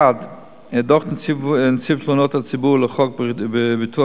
1. דוח נציב תלונות הציבור לחוק ביטוח